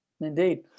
Indeed